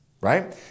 right